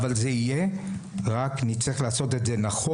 אבל זה יהיה, רק נצטרך לעשות את זה נכון.